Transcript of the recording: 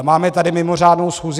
Máme tady mimořádnou schůzi.